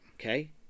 Okay